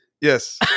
Yes